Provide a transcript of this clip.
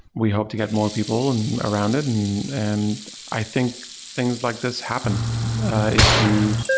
we hope to get more people and around it and and i think things like this happen if you,